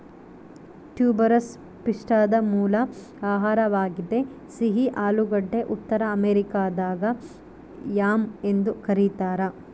tuberous ಪಿಷ್ಟದ ಮೂಲ ಆಹಾರವಾಗಿದೆ ಸಿಹಿ ಆಲೂಗಡ್ಡೆ ಉತ್ತರ ಅಮೆರಿಕಾದಾಗ ಯಾಮ್ ಎಂದು ಕರೀತಾರ